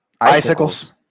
Icicles